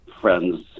friends